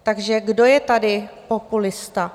Takže kdo je tady populista?